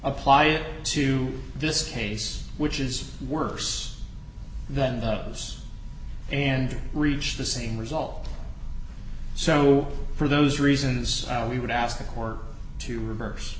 apply it to this case which is worse than us and reach the same result so for those reasons we would ask the court to reverse